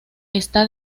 está